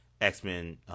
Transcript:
X-Men